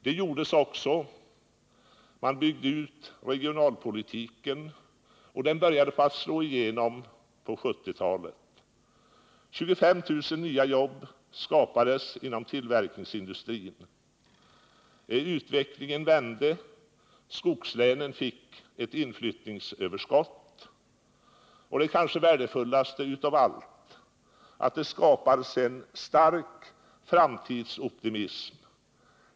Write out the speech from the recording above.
Det gjordes också. Man byggde ut regionalpolitiken, och den började slå igenom på 1970-talet. 25 000 nya jobb skapades inom tillverkningsindustrin första hälften av 1970-talet. Utvecklingen vände. Skogslänen fick ett inflyttningsöverskott. Det kanske värdefullaste av allt var att det skapades en stor framtidsoptimism.